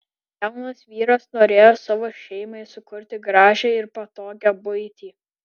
jaunas vyras norėjo savo šeimai sukurti gražią ir patogią buitį